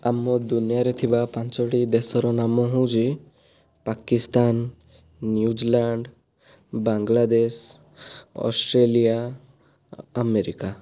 ଆମ ଦୁନିଆରେ ଥିବା ପାଞ୍ଚୋଟି ଦେଶର ନାମ ହେଉଛି Pakistan New Zealand Bangladesh Australia America